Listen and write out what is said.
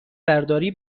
برداری